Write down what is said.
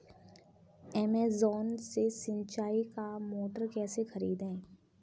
Amazon से सिंचाई का मोटर कैसे खरीदें?